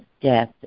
death